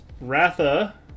ratha